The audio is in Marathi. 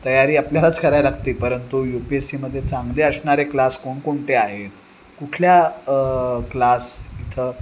तयारी आपल्यालाच करायला लागते परंतु यू पी एस सीमध्ये चांगले असणारे क्लास कोणकोणते आहेत कुठल्या क्लास इथं